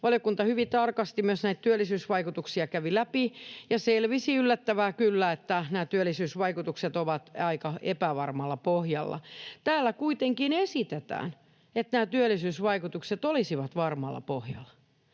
Valiokunta hyvin tarkasti näitä työllisyysvaikutuksia kävi läpi, ja selvisi, yllättävää kyllä, että nämä työllisyysvaikutukset ovat aika epävarmalla pohjalla. Täällä kuitenkin esitetään, että nämä työllisyysvaikutukset olisivat varmalla pohjalla.